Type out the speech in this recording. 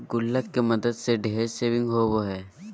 गुल्लक के मदद से ढेर सेविंग होबो हइ